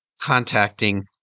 contacting